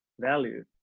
value